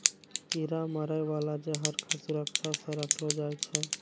कीरा मारै बाला जहर क सुरक्षा सँ रखलो जाय छै